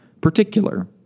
particular